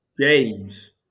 James